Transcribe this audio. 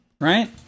Right